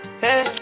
hey